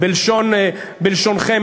בלשונכם,